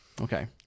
Okay